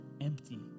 empty